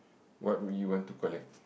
what would you want to collect